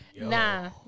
Nah